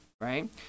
right